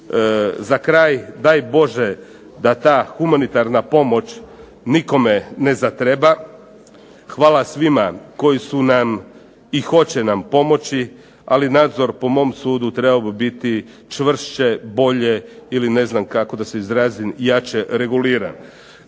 Za kraj daj Bože da ta humanitarna pomoć nikome ne zatreba, hvala svima koji su nam i hoće nam pomoći, ali nadzor po mom sudu trebao bi biti čvršće, bolje ili ne znam kako da se izrazim jače reguliran.